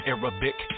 Arabic